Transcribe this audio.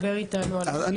יש